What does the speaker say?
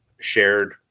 shared